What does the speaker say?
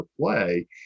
Play